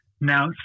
Now